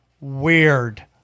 weird